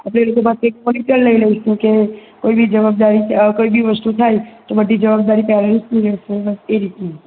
આપણે એ લોકો પાસે એક પરમિશન લઈ લઈશું કે કોઇ બી જવાબદારી કે કોઇ બી વસ્તુ થાય તો બધી જવાબદારી પેરેન્ટ્સની રહેશે એ રીતનું